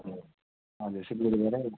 हजुर हजुर सिलगडीबाटै